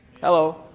Hello